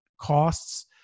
costs